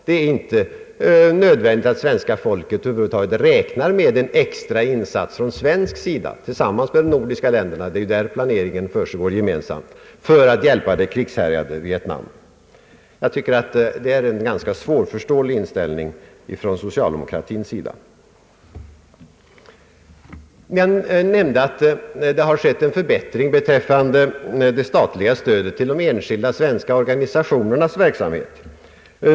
Det är tydligen inte nödvändigt att svenska folket över huvud taget räknar med en extra insats från vårt land tillsammans med övriga länder i Norden, där ju planeringen sker gemensamt för att hjälpa det krigshärjade Vietnam. Jag finner denna inställning hos socialdemokraterna ganska svår att förstå. Jag nämnde att en förbättring skett beträffande det statliga stödet till de enskilda svenska <:organisationernas verksamhet.